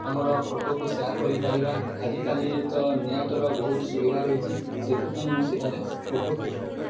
ଆମର ଫଟୋକୁ ସେୟାର୍ କରିପାରିବା ଆଜିକାଲି ତ ନେଟ୍ର ବହୁତ ସୁବିଧା ରହିଛି ସେଥିପାଇଁ ମୁଁ ସେଠାରେ ଫଟୋ ପୋଷ୍ଟ୍ କରେ